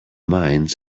mines